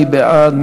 מי בעד?